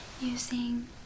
using